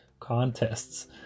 contests